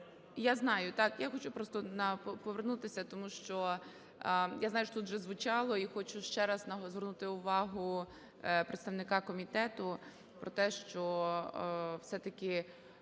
Я знаю, так. Я хочу просто повернутися, тому що я знаю, що тут вже звучало і хочу ще раз звернути увагу представника комітету про те, що все-таки